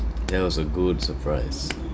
that was a good surprise